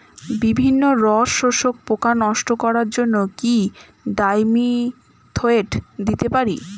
বিভিন্ন রস শোষক পোকা নষ্ট করার জন্য কি ডাইমিথোয়েট দিতে পারি?